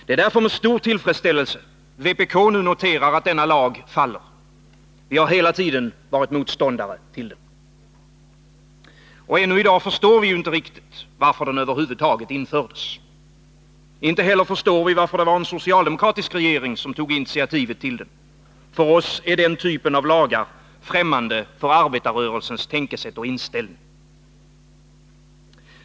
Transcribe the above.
Det är därför med stor tillfredsställelse vpk nu noterar att denna lag faller. Vi har hela tiden varit motståndare till den. Ännu i dag förstår vi inte varför den över huvud taget infördes. Inte heller förstår vi varför det var en socialdemokratisk regering som tog initiativet till den. För oss är den typen av lagar främmande för arbetarrörelsens tänkesätt och inställning.